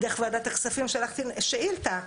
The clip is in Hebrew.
דרך ועדת הכספים שלחתי שאילתה.